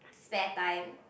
spare time